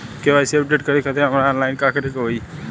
KYC update करे खातिर हमरा ऑनलाइन का करे के होई?